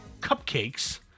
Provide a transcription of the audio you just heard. cupcakes